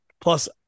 Plus